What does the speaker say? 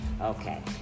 Okay